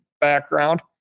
background